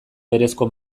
berezko